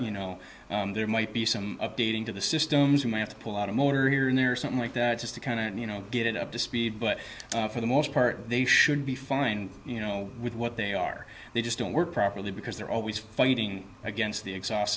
you know there might be some updating to the systems for man to pull out a motor here and there or something like that just to kind of you know get it up to speed but for the most part they should be fine you know with what they are they just don't work properly because they're always fighting against the exhaust